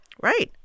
Right